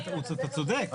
אתה צודק.